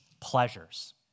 pleasures